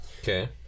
Okay